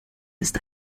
ist